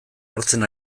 hartzen